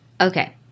Okay